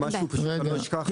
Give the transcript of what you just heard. שאני לא אשכח,